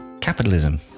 capitalism